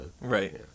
Right